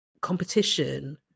competition